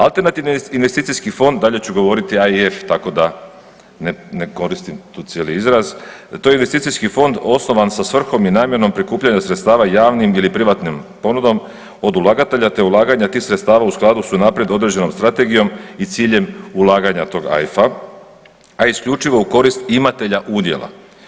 Alternativni investicijski fond, dalje ću govoriti AIF, tako da ne koristim tu cijeli izraz, to je investicijski fond osnovan sa svrhom i namjenom prikupljanja sredstava javnim ili privatnom ponudom od ulagatelja te ulaganja tih sredstava u skladu s unaprijed određenom strategijom i ciljem ulaganja tog AIF-a, a isključivo u korist imatelja udjela.